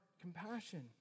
compassion